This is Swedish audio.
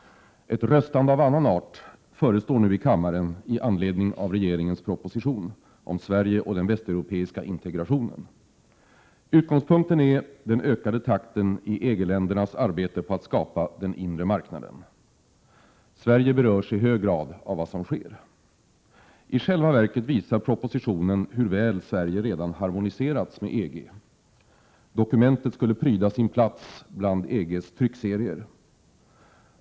Ett röstande av annan art förestår nu i kammaren i anledning av regeringens proposition om Sverige och den västeuropeiska integrationen. Utgångspunkten är den ökade takten i EG-ländernas arbete på att skapa den inre marknaden. Sverige berörs i hög grad av vad som sker. I själva verket visar propositionen hur väl Sverige redan harmoniserats med EG. Dokumentet skulle pryda sin plats bland EG:s serie trycksaker.